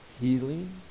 Healing